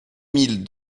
mille